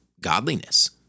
godliness